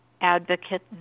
advocate